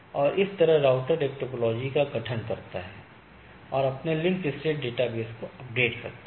और इस तरह राउटर एक टोपोलॉजी का गठन करता है और अपने लिंक स्टेट डेटाबेस को अपडेट करता है